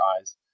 eyes